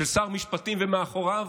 של שר משפטים ומאחוריו